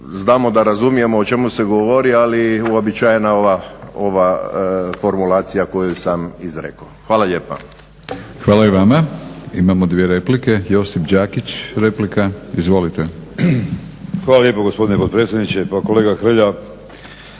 Znamo da razumijemo o čemu se govori, ali uobičajena ova formulacija koju sam izrekao. Hvala lijepa. **Batinić, Milorad (HNS)** Hvala i vama. Imamo dvije replike. Josip Đakić, replika. Izvolite. **Đakić, Josip (HDZ)** Hvala lijepo gospodine potpredsjedniče. Pa kolega Hrelja,